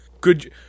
good